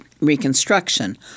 Reconstruction